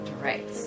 right